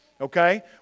okay